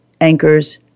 anchors